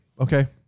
okay